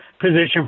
position